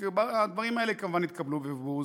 הדברים האלה כמובן התקבלו בבוז.